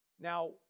Now